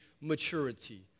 maturity